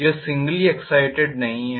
यह singly excited नहीं है